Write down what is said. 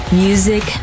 music